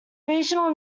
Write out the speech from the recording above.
regional